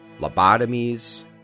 lobotomies